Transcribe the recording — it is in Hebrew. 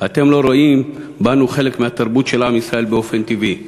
אתם לא רואים בנו חלק מהתרבות של עם ישראל באופן טבעי.